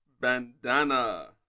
Bandana